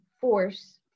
force